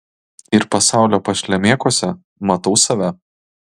ir pasaulio pašlemėkuose matau save